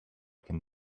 can